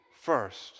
first